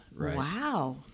Wow